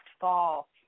fall